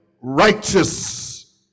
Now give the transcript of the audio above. righteous